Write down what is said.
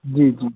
जी जी जी